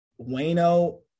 Wayno